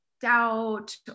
doubt